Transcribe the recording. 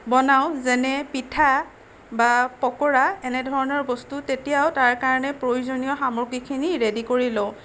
বনাওঁ যেনে পিঠা বা পকোৰা এনেধৰণৰ বস্তু তেতিয়াও তাৰ কাৰণে প্ৰয়োজনীয় সামগ্ৰীখিনি ৰেডি কৰি লওঁ